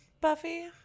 Buffy